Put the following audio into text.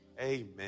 Amen